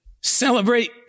Celebrate